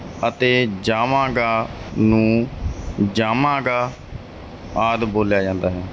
ਅਤੇ ਜਾਵਾਂਗਾ ਨੂੰ ਜਾਮਾਂਗਾ ਆਦਿ ਬੋਲਿਆ ਜਾਂਦਾ ਹੈ